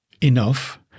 enough